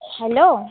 hello